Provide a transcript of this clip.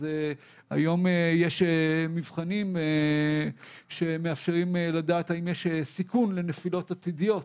אז היום יש מבחנים שמאפשרים לדעת האם יש סיכון לנפילות עתידיות,